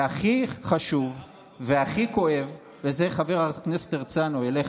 והכי חשוב והכי כואב, וזה, חבר הכנסת הרצנו, אליך,